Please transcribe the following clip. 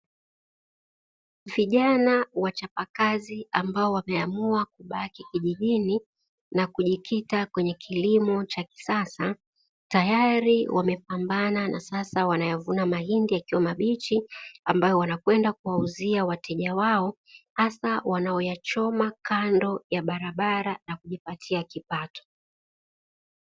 Vijana wachapa kazi ambao wameamua kubaki kijijini na kujikita kwenye kilimo cha kisasa, tayari wamepambana na sasa wanayavuna mahindi yakiwa mabichi ambayo wanakwenda kuwauzia wateja wao, hasa wanaoyachoma kando ya barabara na kujipatia kipato.